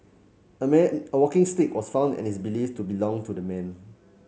a man a walking stick was found and is believed to belong to the man